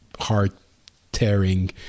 heart-tearing